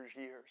years